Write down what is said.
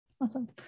Awesome